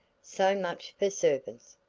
so much for servants,